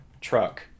truck